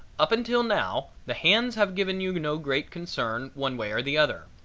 up until now the hands have given you no great concern one way or the other,